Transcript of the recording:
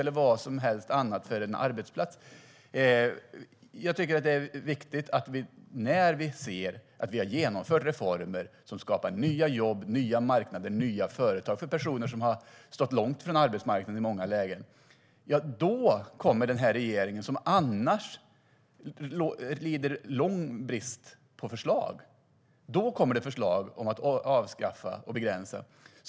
När vi nu ser att de reformer vi har genomfört skapar nya jobb, nya marknader och nya företag för personer som har stått långt från arbetsmarknaden kommer den nuvarande regeringen, som annars lider brist på förslag, med förslag om att avskaffa och begränsa.